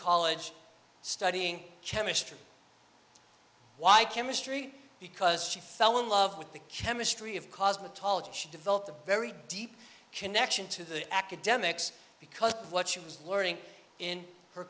college studying chemistry why chemistry because she fell in love with the chemistry of cosmetology she developed a very deep connection to the academics because of what she was learning in her